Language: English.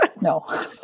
No